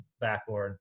backboard